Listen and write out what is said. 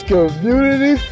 Community